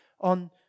on